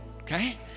okay